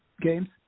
games